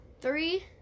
three